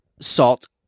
salt